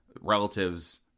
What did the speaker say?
relatives